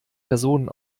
personen